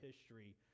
history